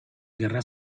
gerra